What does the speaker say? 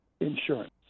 insurance